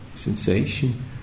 sensation